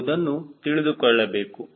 ಎಂಬುದನ್ನು ತಿಳಿದುಕೊಳ್ಳಬೇಕು